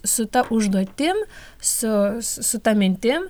su ta užduotim su su ta mintim